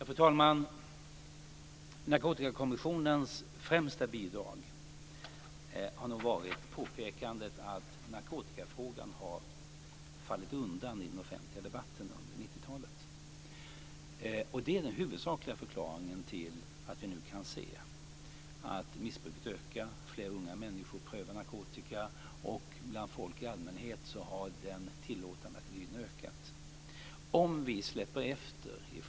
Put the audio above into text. Fru talman! Narkotikakommissionens främsta bidrag har varit påpekandet att narkotikafrågan har fallit undan i den offentliga debatten under 90-talet. Det är nog den huvudsakliga förklaringen till att vi nu kan se att missbruket ökar. Flera unga människor prövar narkotika, och bland folk i allmänhet har den tillåtande attityden ökat.